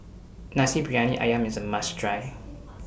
Nasi Briyani Ayam IS A must Try